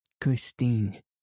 Christine